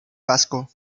vasco